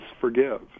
forgive